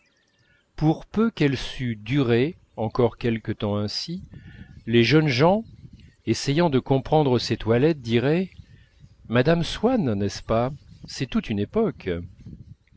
pour peu qu'elle sût durer encore quelque temps ainsi les jeunes gens essayant de comprendre ses toilettes diraient madame swann n'est-ce pas c'est toute une époque